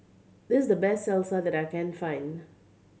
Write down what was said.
this is the best Salsa that I can find